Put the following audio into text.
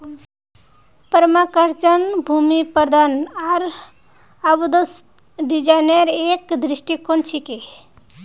permaculture भूमि प्रबंधन आर बंदोबस्त डिजाइनेर एक दृष्टिकोण छिके